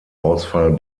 ausfall